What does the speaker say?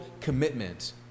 commitment